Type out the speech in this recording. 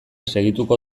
segituko